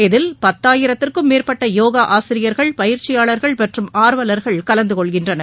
இதில் பத்தாயித்திற்கும் மேற்பட்ட போகா ஆசிரியர்கள் பயிற்சியாளர்கள் மற்றும் ஆர்வலர்கள் கலந்த கொள்கின்றனர்